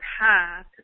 path